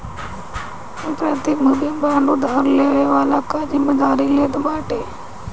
प्रतिभूति बांड उधार लेवे वाला कअ जिमेदारी लेत बाटे